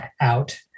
out